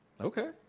Okay